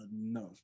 enough